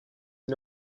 est